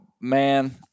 man